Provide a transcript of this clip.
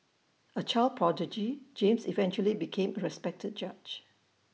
A child prodigy James eventually became A respected judge